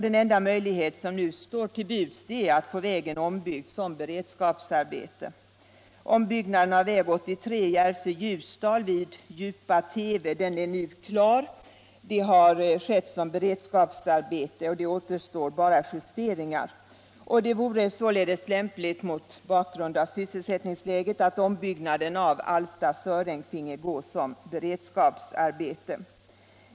Den enda möjlighet som nu står till buds är att få vägen ombyggd som beredskapsarbete. Ombyggnaden av väg 83 Järvsö-Ljusdal vid Djupa-Teve är nu klar. Det har skett som beredskapsarbete, och det återstår bara justeringar. Det vore således lämpligt mot bakgrund av sysselsättningsläget att ombyggnaden av vägen mellan Alfta och Söräng finge ske som beredskapsarbete.